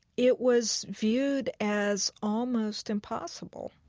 it was viewed as almost impossible.